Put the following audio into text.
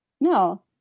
No